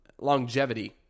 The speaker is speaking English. longevity